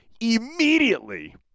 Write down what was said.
Immediately